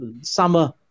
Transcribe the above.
Summer